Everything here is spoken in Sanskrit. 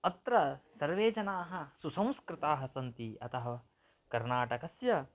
अत्र सर्वेजनाः सुसंस्कृताः सन्ति अतः कर्नाटकस्य